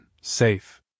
safe